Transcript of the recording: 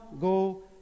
go